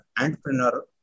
entrepreneur